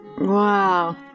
Wow